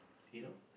you know